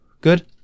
Good